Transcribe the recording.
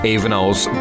Evenals